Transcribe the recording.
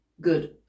Good